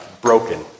broken